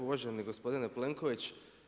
Uvaženi gospodine Plenković.